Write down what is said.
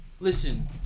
Listen